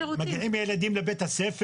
יש נ"צ לבית הספר, הילדים מגיעים לבית הספר.